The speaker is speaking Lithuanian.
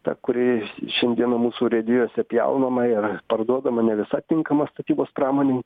ta kuri šiandieną mūsų urėdijose pjaunama ir parduodama ne visai tinkama statybos pramonei